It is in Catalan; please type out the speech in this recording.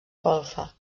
golfa